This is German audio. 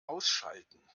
ausschalten